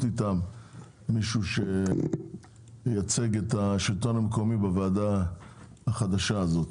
איתם מישהו שייצג את השלטון המקומי בוועדה החדשה הזאת.